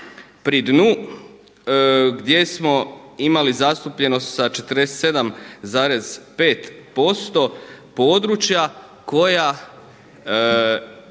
pri dnu gdje smo imali zastupljenost sa 47,5% područja koja